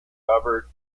covered